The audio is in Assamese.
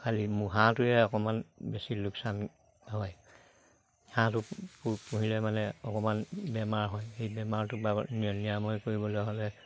খালী হাঁহটোৱে অকমান বেছি লোকচান হয় হাঁহটো পুহিলে মানে অকমান বেমাৰ হয় সেই বেমাৰটোক নিৰাময় কৰিবলৈ হ'লে